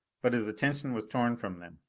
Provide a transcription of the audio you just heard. but his attention was torn from them,